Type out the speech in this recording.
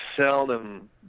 seldom